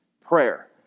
prayer